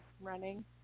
running